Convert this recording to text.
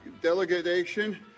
delegation